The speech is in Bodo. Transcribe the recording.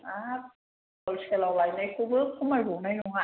हाब हलसेलाव लायनायखौबो खमायबावनाय नङा